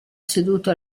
seduto